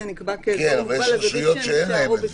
אבל יש רשויות שאין להן על זה.